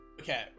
Okay